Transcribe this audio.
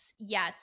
Yes